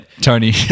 Tony